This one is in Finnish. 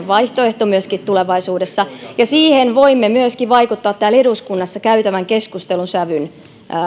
vaihtoehto myöskin tulevaisuudessa ja siihen voimme myöskin vaikuttaa täällä eduskunnassa käytävän keskustelun sävyn